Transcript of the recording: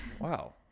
Wow